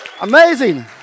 Amazing